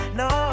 no